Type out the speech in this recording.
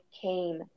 came